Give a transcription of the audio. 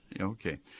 Okay